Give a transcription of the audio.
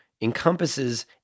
encompasses